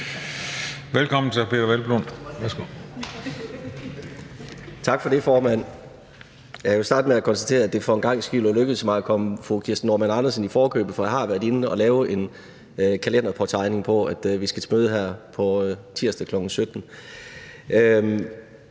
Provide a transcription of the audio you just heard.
(Ordfører) Peder Hvelplund (EL): Tak for det, formand. Jeg vil nøjes med at konstatere, at det for en gang skyld er lykkedes mig at komme fru Kirsten Normann Andersen i forkøbet, for jeg har været inde og lave en kalenderpåtegning om, at vi skal til møde her på tirsdag, kl. 17.